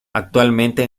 actualmente